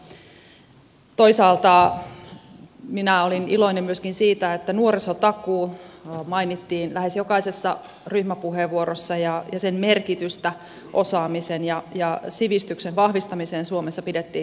toisaalta minä olin iloinen myöskin siitä että nuorisotakuu mainittiin lähes jokaisessa ryhmäpuheenvuorossa ja sen merkitystä osaamisen ja sivistyksen vahvistamiseen suomessa pidettiin tärkeänä